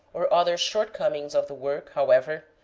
or other shortcomings of the work, however,